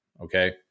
Okay